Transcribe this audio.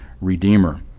redeemer